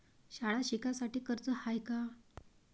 शाळा शिकासाठी कर्ज हाय का?